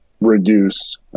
reduce